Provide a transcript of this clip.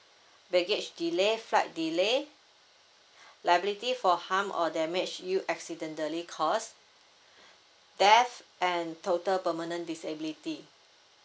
baggage delay flight delay liability for harm or damage you accidentally caused death and total permanent disability